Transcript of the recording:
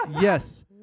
Yes